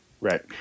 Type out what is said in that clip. Right